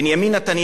במשנתו,